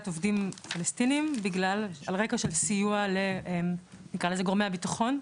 עובדים פלסטינים על רקע של סיוע לגורמי הביטחון,